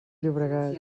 llobregat